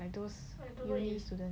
like those student